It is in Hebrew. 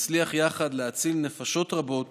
נצליח יחד להציל נפשות רבות